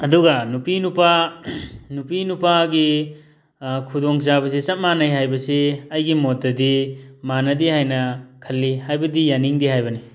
ꯑꯗꯨꯒ ꯅꯨꯄꯤ ꯅꯨꯄꯥ ꯅꯨꯄꯤ ꯅꯨꯄꯥꯒꯤ ꯈꯨꯗꯣꯡꯆꯥꯕꯁꯤ ꯆꯞ ꯃꯥꯟꯅꯩ ꯍꯥꯏꯕꯁꯤ ꯑꯩꯒꯤ ꯃꯣꯠꯇꯗꯤ ꯃꯥꯟꯅꯗꯦ ꯍꯥꯏꯅ ꯈꯜꯂꯤ ꯍꯥꯏꯕꯗꯤ ꯌꯥꯅꯤꯡꯗꯦ ꯍꯥꯏꯕꯅꯤ